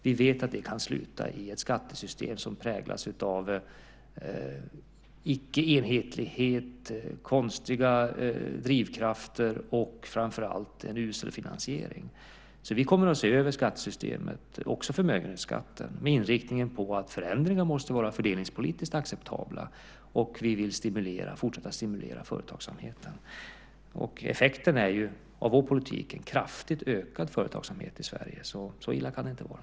Vi vet att det kan sluta i ett skattessystem som präglas av icke enhetlighet, konstiga drivkrafter och framför allt en usel finansiering. Vi kommer att se över skattesystemet, också förmögenhetsskatten, med inriktningen på att förändringar måste vara fördelningspolitiskt acceptabla. Vi vill också fortsätta att stimulera företagsamheten. Effekten av vår politik är en kraftigt ökad företagsamhet i Sverige, så så illa kan det ju inte vara.